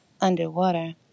underwater